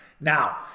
Now